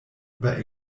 über